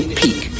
peak